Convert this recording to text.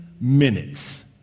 minutes